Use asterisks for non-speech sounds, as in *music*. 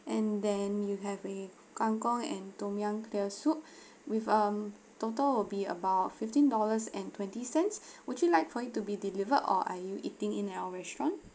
and then you have a kangkong and tom yum clear soup with um total will be about fifteen dollars and twenty cents *breath* would you like for it to be delivered or are you eating in at our restaurant